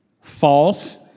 false